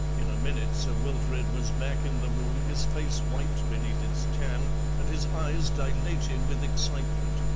in a minute sir wilfrid was back in the room, his face white beneath its tan and his eyes dilated with excitement.